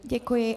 Děkuji.